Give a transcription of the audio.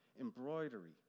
embroidery